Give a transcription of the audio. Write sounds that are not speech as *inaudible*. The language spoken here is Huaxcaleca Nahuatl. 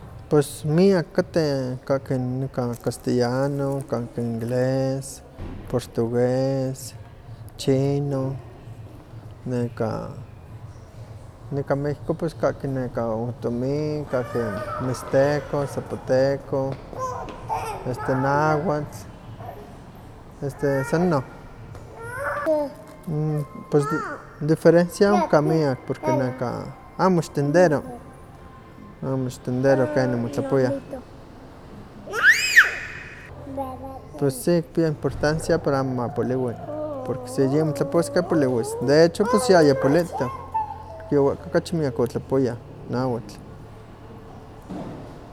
Pues miak kateh kaki nikan castellano, kahki inglés, portugués, chino, nekah nikan méxico pos kahki neka otomí, *noise* kahki mixteco, zapoteco, *noise* este náhuatl, este san inon. *noise* pues diferencia ohka miak porque nakah amo xtendero, amo xtendero ken motlapowiah *noise* pues sí kipia importancia para amo mapoliwi, *noise* porque si amo motlapowiskeh poliwis, de hecho pues yayapolito, yowehka kachi miak otlapowayah, náhuatl.